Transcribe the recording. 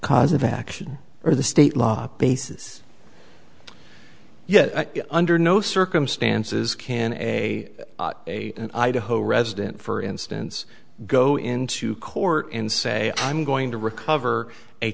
cause of action or the state law basis yet under no circumstances can a a idaho resident for instance go into court and say i'm going to recover a